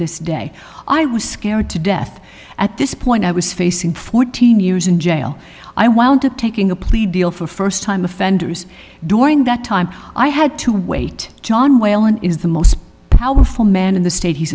this day i was scared to death at this point i was facing fourteen years in jail i wound up taking a plea deal for first time offenders during that time i had to wait john whalen is the most powerful man in the state he's